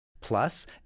Plus